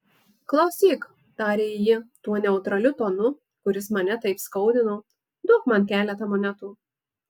klausyk tarė ji tuo neutraliu tonu kuris mane taip skaudino duok man keletą monetų